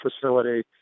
facility